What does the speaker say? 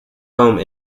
home